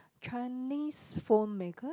Chinese phone maker